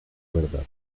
verdad